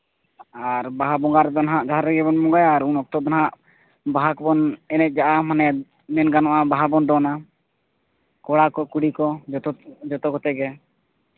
ᱟᱨ ᱵᱟᱦᱟ ᱵᱚᱸᱜᱟ ᱨᱮᱫᱚ ᱦᱟᱸᱜ ᱡᱟᱦᱮᱨ ᱨᱮᱜᱮ ᱵᱚᱱ ᱵᱚᱸᱜᱟᱭᱟ ᱩᱱ ᱚᱠᱛᱚ ᱦᱟᱸᱜ ᱵᱟᱦᱟ ᱠᱚᱵᱚᱱ ᱮᱱᱮᱡᱼᱟ ᱢᱟᱱᱮ ᱢᱮᱱ ᱜᱟᱱᱚᱜᱼᱟ ᱵᱟᱦᱟ ᱵᱚᱱ ᱫᱚᱱᱟ ᱠᱚᱲᱟ ᱠᱚ ᱠᱩᱲᱤ ᱠᱚ ᱡᱚᱛᱚ ᱡᱚᱛᱚ ᱠᱚᱛᱮ ᱜᱮ